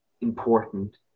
important